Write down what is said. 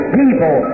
people